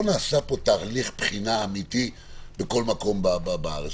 נעשה פה תהליך בחינה אמיתי בכל מקום בארץ.